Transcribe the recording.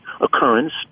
occurrence